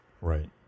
right